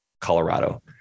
Colorado